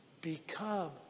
become